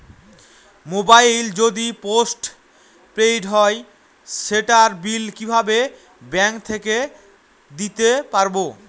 Mobile যদি post paid হয় সেটার বিল কিভাবে ব্যাংক থেকে দিতে পারব?